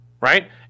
right